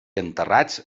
enterrats